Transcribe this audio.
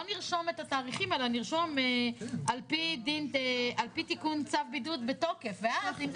נכתוב את התאריכים אלא נכתוב: "על פי תיקון צו בידוד בתוקף" ואז ---.